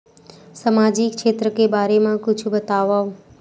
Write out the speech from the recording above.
सामजिक क्षेत्र के बारे मा कुछु बतावव?